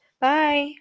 Bye